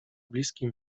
bliskim